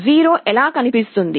0 ఇలా కనిపిస్తుంది